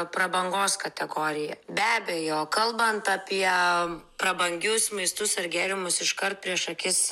prabangos kategoriją be abejo kalbant apie prabangius maistus ar gėrimus iškart prieš akis